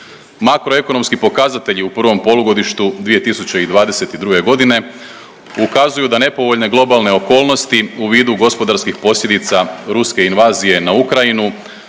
Makro ekonomski pokazatelji u prvom polugodištu 2022. godine ukazuju da nepovoljne globalne okolnosti u vidu gospodarskih posljedica ruske invazije na Ukrajinu